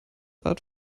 art